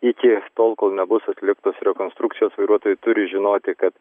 iki tol kol nebus atliktos rekonstrukcijos vairuotojai turi žinoti kad